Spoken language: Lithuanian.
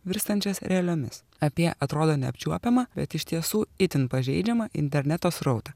virstančias realiomis apie atrodo neapčiuopiamą bet iš tiesų itin pažeidžiamą interneto srautą